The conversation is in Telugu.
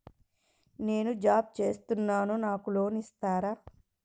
నేను జాబ్ చేస్తున్నాను నాకు లోన్ ఇస్తారా?